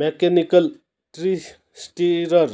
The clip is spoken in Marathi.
mechanical tree stirrer